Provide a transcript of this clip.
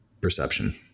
perception